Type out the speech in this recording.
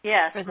Yes